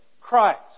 Christ